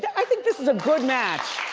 yeah i think this is a good match.